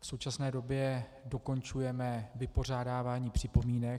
V současné době dokončujeme vypořádávání připomínek.